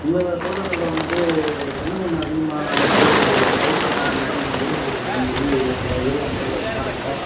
உங்கள் தோட்டங்களில் வந்துட்டு தென்னங்கன்று அதிகமாக வந்து பயிரிடணும் அப்படின்னு சொல்லி நீங்கள் விருப்பப்பட்டிருக்கீங்கன்னு சொல்லி அந்த ஏரியா மக்களெல்லாம் சொன்னாங்க